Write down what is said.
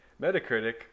Metacritic